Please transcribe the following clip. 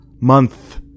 Month